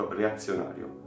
reazionario